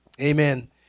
amen